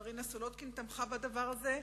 מרינה סולודקין תמכה בדבר הזה,